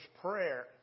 prayer